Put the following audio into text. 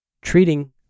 treating